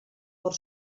por